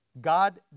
God